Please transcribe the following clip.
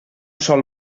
sol